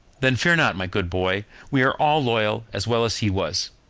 then fear not, my good boy we are all loyal as well as he was,